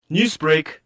Newsbreak